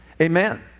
amen